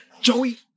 Joey